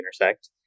intersect